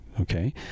okay